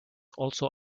also